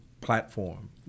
platform